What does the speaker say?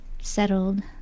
settled